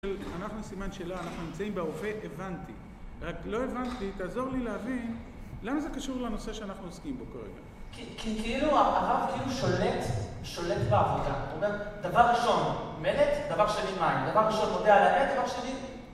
אנחנו סימן שאלה, אנחנו נמצאים ברופא, הבנתי, רק לא הבנתי, תעזור לי להבין, למה זה קשור לנושא שאנחנו עוסקים בו כרגע? כי, כאילו, הרב כאילו שולט, שולט בעבודה. הוא אומר, דבר ראשון מלט, דבר שני מים, דבר ראשון מודה על העת, דבר שני...